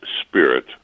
spirit